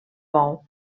bou